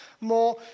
more